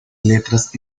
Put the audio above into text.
letras